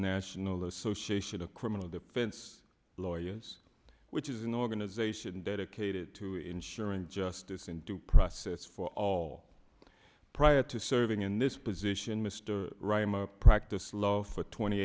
national association of criminal defense lawyers which is an organization dedicated to ensuring justice and due process for all prior to serving in this position mr reiman practiced law for twenty